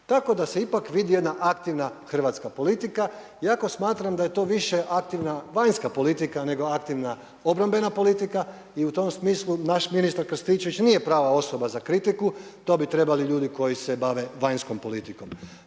tako da se ipak vidi jedna aktivna hrvatska politika, iako smatram da je to više aktivna vanjska politika nego aktivna obrambena politika. I u tom smislu naš ministar Krstičević nije prava osoba za kritiku. To bi trebali ljudi koji se bave vanjskom politikom.